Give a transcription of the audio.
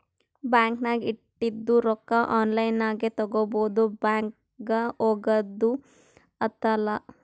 bank ನಾಗ್ ಇಟ್ಟಿದು ರೊಕ್ಕಾ ಆನ್ಲೈನ್ ನಾಗೆ ತಗೋಬೋದು ಬ್ಯಾಂಕ್ಗ ಹೋಗಗ್ದು ಹತ್ತಲ್